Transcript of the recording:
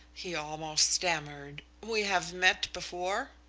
he almost stammered, we have met before?